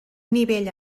nivell